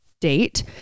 Date